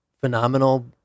phenomenal